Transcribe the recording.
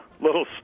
little